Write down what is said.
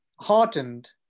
heartened